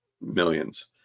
millions